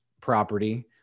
property